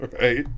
Right